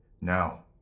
Now